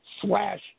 slash